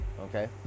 Okay